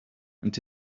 and